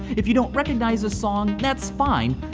if you don't recognize a song, that's fine.